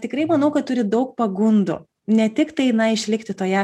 tikrai manau kad turi daug pagundų ne tiktai na išlikti toje